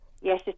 yes